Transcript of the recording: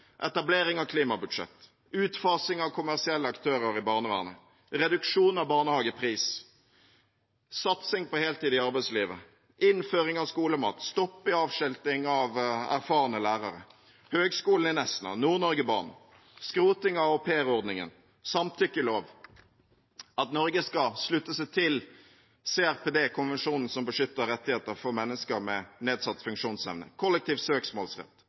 etablering av et klimabudsjett, utfasing av kommersielle aktører i barnevernet, reduksjon av barnehagepris, satsing på heltid i arbeidslivet, innføring av skolemat, stopp i avskilting av erfarne lærere, Høgskolen i Nesna, Nord-Norge-banen, skroting av aupairordningen, samtykkelov, at Norge skal slutte seg til CRPD-konvensjonen, som beskytter rettigheter for mennesker med nedsatt funksjonsevne, kollektiv søksmålsrett,